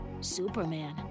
Superman